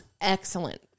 Excellent